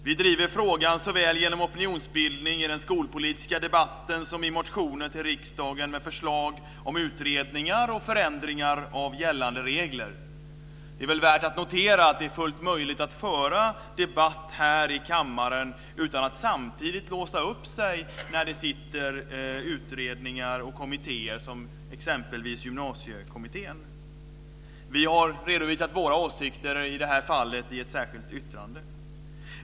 Vi driver frågan såväl genom opinionsbildning i den skolpolitiska debatten som i motioner till riksdagen med förslag om utredningar och förändringar av gällande regler. Det är värt att notera att det är fullt möjligt att föra debatt här i kammaren utan att samtidigt låsa upp sig när kommittéer, som exempelvis Gymnasiekommittén, är tillsatta. Vi har redovisat våra åsikter, i det här fallet i ett särskilt yttrande.